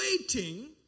waiting